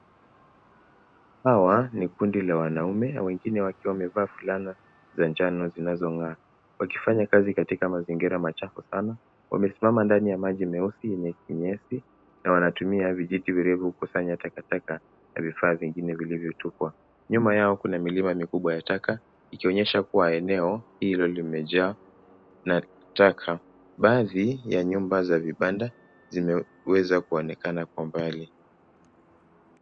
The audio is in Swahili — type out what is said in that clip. Hawa ni kundi la wanaume wengine wakiwa wamevaa fulana za njano zinazong'aa. Wakifanya kazi katika mazingira machafu ama wamesimama ndani ya maji mewasi nyevuvu na wanatumia miti mirefu kusanya takataka na vifaa vilivyotupwa. Nyuma yao kuna milima mikubwa ya taka ikionyesha kuwa eneo hilo limejaa na taka. Baadhi ya nyumba ya vibanda vimeweza kuonekana kwa umbali.